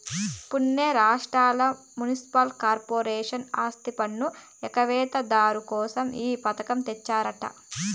పునే రాష్ట్రంల municipal corporation ఆస్తిపన్ను ఎగవేత దారు కోసం ఈ పథకం తెచ్చినాదట